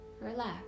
relax